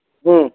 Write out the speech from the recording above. ಹ್ಞೂ